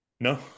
No